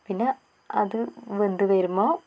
പിന്നെ അത് വെന്ത് വരുമ്പോൾ